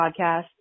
podcast